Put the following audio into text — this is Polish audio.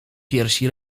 piersi